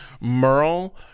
Merle